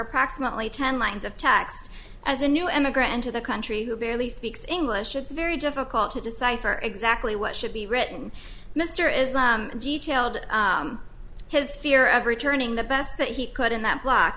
approximately ten lines of text as a new immigrant into the country who barely speaks english it's very difficult to decipher exactly what should be written mr as detailed his fear of returning the best that he could in that block